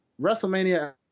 WrestleMania